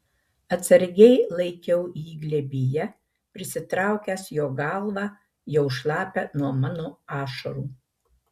atsargiai laikiau jį glėbyje prisitraukęs jo galvą jau šlapią nuo mano ašarų